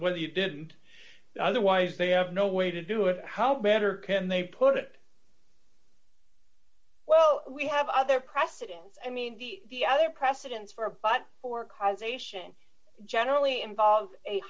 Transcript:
whether you didn't otherwise they have no way to do it how better can they put it well we have other precedents i mean the other precedents for a but for causation generally involve a